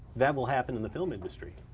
that will happen in the film industry,